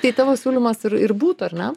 tai tavo siūlymas ir ir būtų ar ne